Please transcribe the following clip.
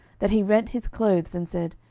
that he rent his clothes, and said,